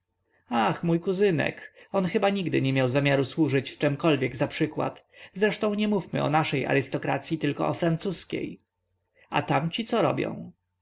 ach mój kuzynek on chyba nigdy nie miał zamiaru służyć w czemkolwiek za przykład zresztą nie mówimy o naszej arystokracyi tylko o francuskiej a tamci co robią